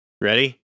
Ready